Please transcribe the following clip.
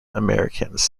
americans